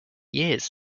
years